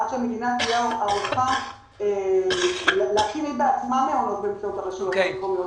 עד שהמדינה תהיה ערוכה להקים בעצמה מעונות באמצעות הרשויות המקומיות.